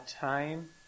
time